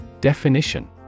Definition